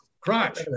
crotch